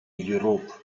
europe